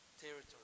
territory